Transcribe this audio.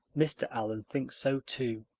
mr. allan thinks so too.